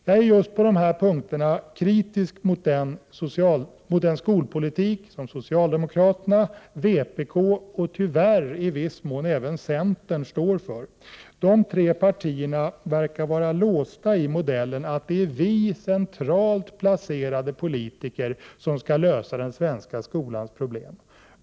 Jag är på just dessa grunder kritisk mot den skolpolitik socialdemokraterna, vpk och tyvärr i viss utsträckning centern står för. De tre partierna verkar vara låsta i modellen att det är vi centralt placerade politiker som skall lösa den svenska skolans problem.